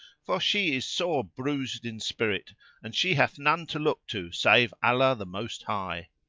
for she is sore bruised in spirit and she hath none to look to save allah the most high.